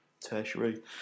tertiary